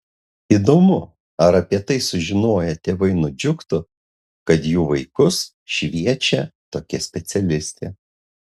įdomu ar apie tai sužinoję tėvai nudžiugtų kad jų vaikus šviečia tokia specialistė